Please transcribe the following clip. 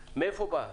מאיפה זה בא?